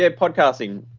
ah podcasting.